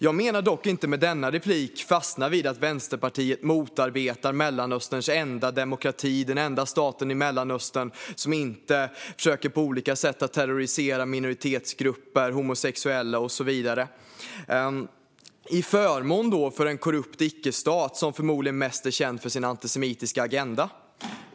Jag avser dock inte med denna replik att fastna vid att Vänsterpartiet motarbetar Mellanösterns enda demokrati, den enda stat i Mellanöstern som inte på olika sätt försöker terrorisera minoritetsgrupper, homosexuella och så vidare, till förmån för en korrupt icke-stat som förmodligen mest är känd för sin antisemitiska agenda.